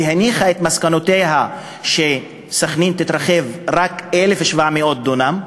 ובמסקנותיה נאמר שסח'נין תתרחב רק ב-1,700 דונם.